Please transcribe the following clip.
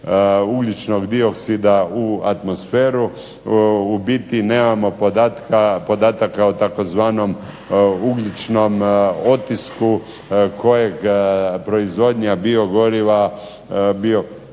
ugljičnog dioksida u atmosferu. U biti nemamo podataka o tzv. ugljičnom otisku kojeg proizvodnja biogoriva